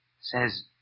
says